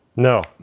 No